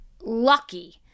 lucky